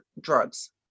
drugs